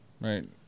Right